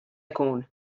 jkun